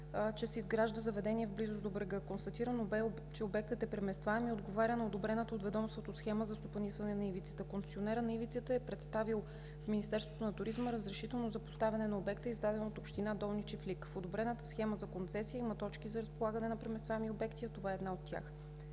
че се изгражда заведение в близост до брега. Констатирано бе, че обектът е преместваем и отговаря на одобрената от ведомството схема за стопанисване на ивицата. Концесионерът на ивицата е представил в Министерството на туризма разрешително за поставяне на обекта, издаден от община Долни Чифлик. В одобрената схема за концесия има точки за разполагане на преместваеми обекти. Това е една от тях.